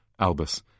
Albus